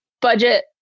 budget